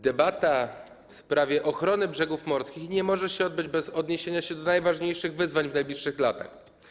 Debata w sprawie ochrony brzegów morskich nie może się odbyć bez odniesienia się do najważniejszych wyzwań w najbliższych latach.